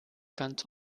ganz